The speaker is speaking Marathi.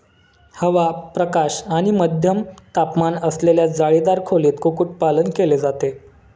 हवा, प्रकाश आणि मध्यम तापमान असलेल्या जाळीदार खोलीत कुक्कुटपालन केले जाते